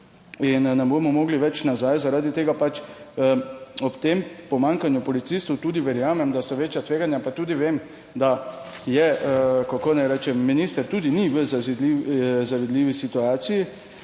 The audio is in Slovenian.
in ne bomo mogli več nazaj. Zaradi tega pač ob tem pomanjkanju policistov tudi verjamem, da so večja tveganja, pa tudi vem, da je, kako naj rečem, minister tudi ni v zavidljivi situaciji,